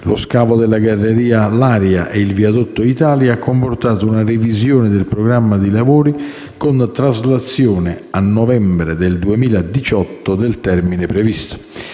(scavo della galleria Laria e viadotto Italia), ha comportato una revisione del programma dei lavori con traslazione a novembre 2018 del termine previsto.